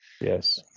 Yes